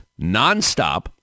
nonstop